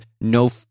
no